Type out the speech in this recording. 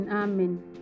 Amen